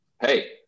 hey